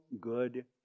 good